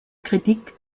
kritik